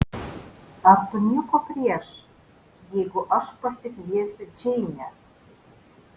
ar tu nieko prieš jeigu aš pasikviesiu džeinę